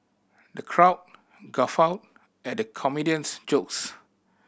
the crowd guffawed at the comedian's jokes